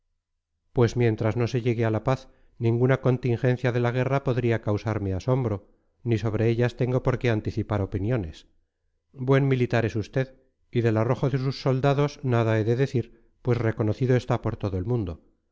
pues mientras no se llegue a la paz ninguna contingencia de la guerra podría causarme asombro ni sobre ellas tengo por qué anticipar opiniones buen militar es usted y del arrojo de sus soldados nada he de decir pues reconocido está por todo el mundo